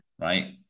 Right